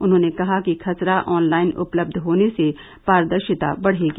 उन्होंने कहा कि खसरा ऑनलाइन उपलब्ध होने से पारदर्शिता बढ़ेगी